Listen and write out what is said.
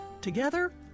Together